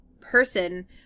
person